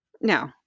No